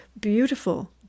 beautiful